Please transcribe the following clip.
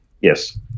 Yes